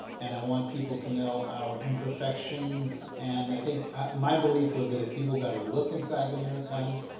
and i want people to know our imperfections, and i think my believe was that if people got a look inside the new york times,